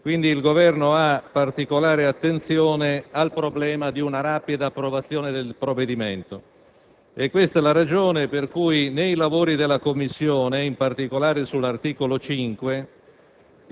il Governo presta particolare attenzione all'esigenza di una rapida approvazione del provvedimento. È questa la ragione per cui durante i lavori della Commissione, in particolare sull'articolo 5,